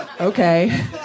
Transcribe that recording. Okay